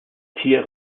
tier